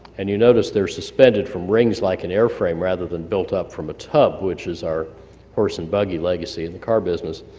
and you notice they're suspended from rings like an air frame rather than built up from a tub, which is our horse and buggy legacy in the car business.